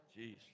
Jeez